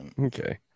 Okay